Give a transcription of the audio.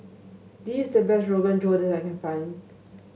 this is the best Rogan Josh I can find